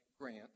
grant